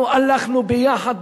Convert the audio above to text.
אנחנו הלכנו ביחד,